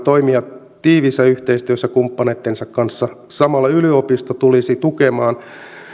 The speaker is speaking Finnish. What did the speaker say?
toimia tiiviissä yhteistyössä kumppaneiden kanssa samalla yliopisto tulisi tukemaan